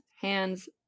hands